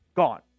gone